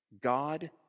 God